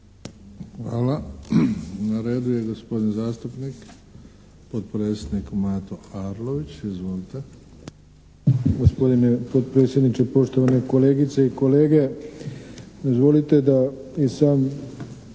Hvala. Na redu je gospodin zastupnik, potpredsjednik Mato Arlović. Izvolite.